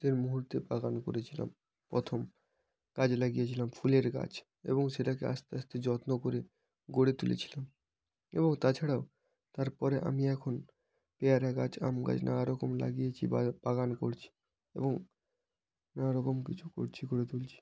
শীতের মুহুর্তে বাগান করেছিলাম প্রথম গাছ লাগিয়েছিলাম ফুলের গাছ এবং সেটাকে আস্তে আস্তে যত্ন করে গড়ে তুলেছিলাম এবং তাছাড়াও তারপরে আমি এখন পেয়ারা গাছ আম গাছ নানারকম লাগিয়েছি বা বাগান করছি এবং নানা রকম কিছু করছি গড়ে তুলছি